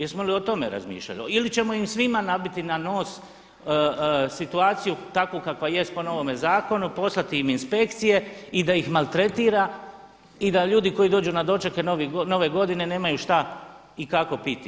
Jesmo li o tome razmišljali ili ćemo im svima nabiti na nos situaciju takvu kakva jest po novome zakonu, poslati im inspekcije i da ih maltretira i da ljudi koji dođu na doček Nove godine nemaju šta i kako piti.